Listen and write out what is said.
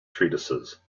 treatises